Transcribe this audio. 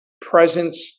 presence